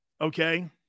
Okay